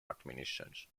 admissions